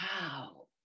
wow